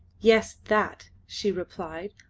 yes, that! she replied,